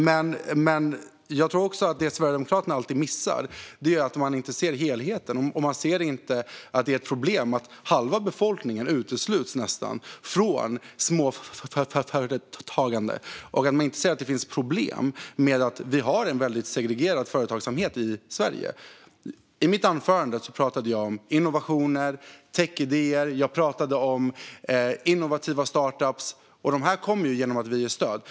Men det som jag tror att Sverigedemokraterna alltid missar är att de inte ser helheten, att de inte ser att det är ett problem att nästan halva befolkningen utesluts från småföretagande och att de inte ser att det finns problem med att vi har ett väldigt segregerat företagande i Sverige. I mitt anförande pratade jag om innovationer, techidéer och innovativa startups. De kommer genom att vi ger stöd.